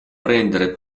prendere